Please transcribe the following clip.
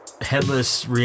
headless